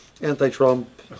anti-Trump